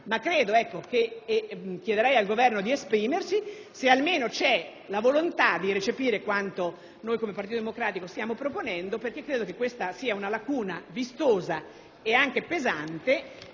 Piuttosto, chiederei al Governo di esprimersi se almeno c'è la volontà di recepire quanto noi come Partito Democratico stiamo proponendo, perché credo che questa sia una lacuna vistosa e pesante,